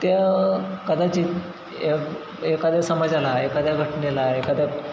त्या कदाचित ए एकाद्या समाजाला एखाद्या घटनेला एखाद्या